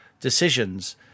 decisions